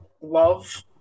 love